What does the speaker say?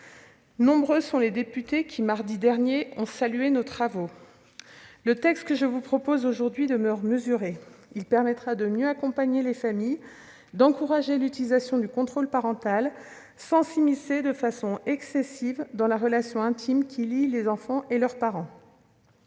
Nombreux sont les députés qui, mardi dernier, ont salué nos travaux ! Le texte que je vous propose d'adopter aujourd'hui demeure mesuré : il permettra de mieux accompagner les familles, d'encourager l'utilisation du contrôle parental, sans s'immiscer de façon excessive dans la relation intime qui lie les enfants à leurs parents.